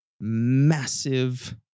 massive